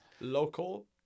Local